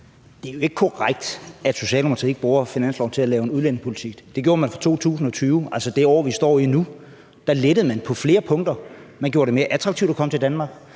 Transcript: Det er ikke korrekt, at Socialdemokratiet ikke bruger finansloven til at lave udlændingepolitik. Det gjorde man for 2020, altså det år, vi er i nu, for der lettede man den på flere punkter. Man gjorde det mere attraktivt at komme til Danmark,